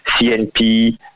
CNP